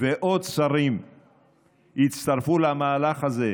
ועוד שרים יצטרפו למהלך הזה,